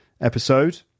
episode